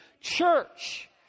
church